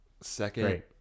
Second